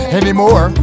anymore